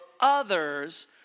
others